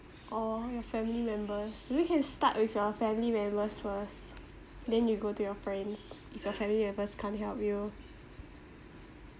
or your family members maybe can start with your family members first then you go to your friends if your family members can't help you